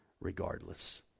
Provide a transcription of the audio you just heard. regardless